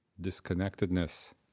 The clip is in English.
disconnectedness